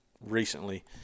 recently